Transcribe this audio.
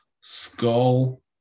skull